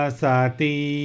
sati